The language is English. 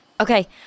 Okay